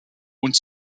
und